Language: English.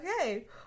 Okay